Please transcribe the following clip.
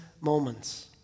moments